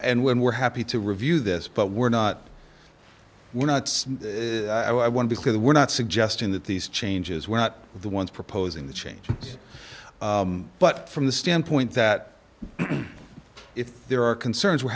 but when we're happy to review this but we're not we're not i want because we're not suggesting that these changes were not the ones proposing the change but from the standpoint that if there are concerns we're